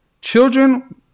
Children